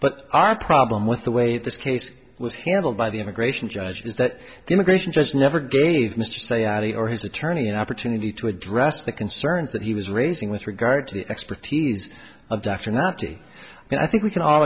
but our problem with the way this case was handled by the immigration judge is that the immigration just never gave mr say early or his attorney an opportunity to address the concerns that he was raising with regard to the expertise of dr not to and i think we can all